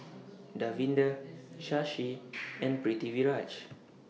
Davinder Shashi and Pritiviraj